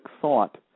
thought